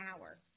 hour